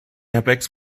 airbags